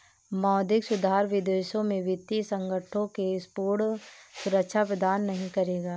मौद्रिक सुधार विदेशों में वित्तीय संकटों से पूर्ण सुरक्षा प्रदान नहीं करेगा